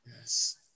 yes